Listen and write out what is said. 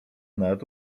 nawet